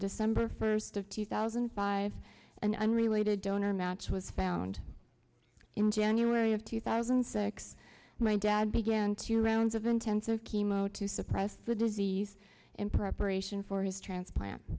december first of two thousand and five and i'm related donor match was found in january of two thousand and six my dad began two rounds of intensive chemo to suppress the disease in preparation for his transplant